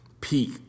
peak